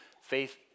faith